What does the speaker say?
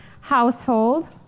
household